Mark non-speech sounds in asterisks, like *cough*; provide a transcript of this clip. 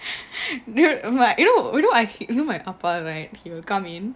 *breath* *breath* you know like you know you know my ah pa right he will come in